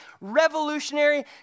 revolutionary